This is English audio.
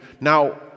now